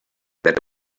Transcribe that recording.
that